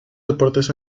deportes